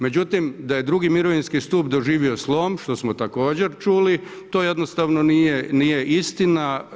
Međutim, da je drugi mirovinski stup doživio slom, što smo također čuli, to jednostavno nije istina.